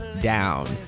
Down